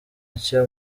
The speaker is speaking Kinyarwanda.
nshya